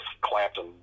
Clapton